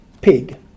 pig